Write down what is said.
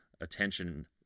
attention